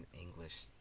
English